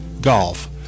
golf